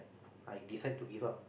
I decide to give up